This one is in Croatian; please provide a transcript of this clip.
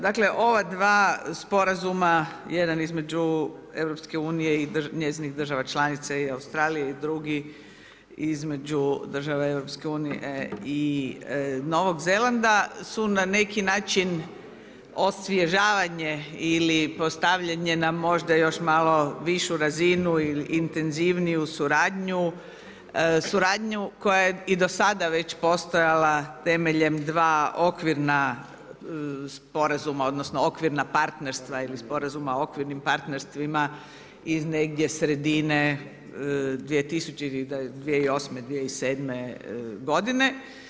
Dakle, ova dva sporazuma, jedan između EU i njezinih država članica i Australije, i drugi između država EU-a i Novog Zelanda su na neki način osvježavanje ili postavljanje na možda još malo višu razinu i intenzivniju suradnju koja je i do sada već postojala temeljem dva okvira sporazuma odnosno okvirna partnerstva ili sporazuma o okvirnim partnerstvima iz negdje sredine 2000-ih, 2008., 2007. godine.